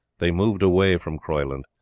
they moved away from croyland,